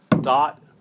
dot